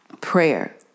Prayer